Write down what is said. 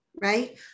right